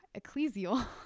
Ecclesial